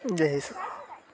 यही सब